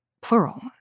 plural